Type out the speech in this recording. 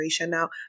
Now